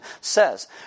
says